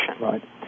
Right